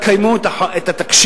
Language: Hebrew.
תקיימו את התקשי"ר,